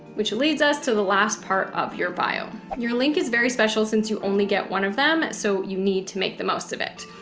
which leads us to the last part of your bio, your link is very special since you only get one of them. so you need to make the most of it.